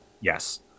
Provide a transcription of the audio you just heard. Yes